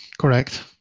correct